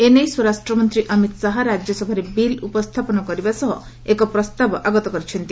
ଏ ନେଇ ସ୍ୱରାଷ୍ଟ୍ରମନ୍ତୀ ଅମିତ ଶାହା ରାଜ୍ୟସଭାରେ ବିଲ୍ ଉପସ୍ରାପନ କରିବା ସହ ଏକ ପ୍ରସ୍ତାବ ଆଗତ କରିଛନ୍ତି